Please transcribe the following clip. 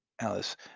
Alice